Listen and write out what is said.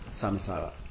samsara